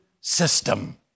system